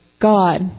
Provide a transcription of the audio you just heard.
God